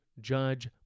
judge